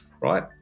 right